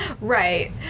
Right